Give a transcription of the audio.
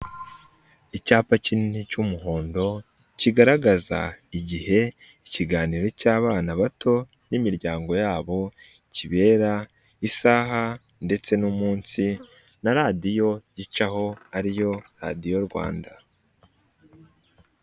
Icyapa kinini cy'umuhondo kigaragaza igihe ikiganiro cy'abana bato n'imiryango yabo kibera, isaha ndetse n'umunsi na radiyo gicaho ariyo radiyo Rwanda.